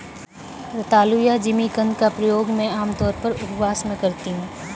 रतालू या जिमीकंद का प्रयोग मैं आमतौर पर उपवास में करती हूँ